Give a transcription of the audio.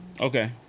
Okay